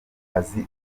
azi